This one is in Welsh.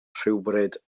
rhywbryd